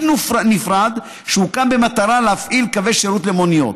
נפרד שהוקם במטרה להפעיל קווי שירות למוניות.